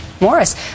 Morris